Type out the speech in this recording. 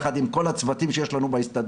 יחד עם כל הצוותים שיש לנו בהסתדרות,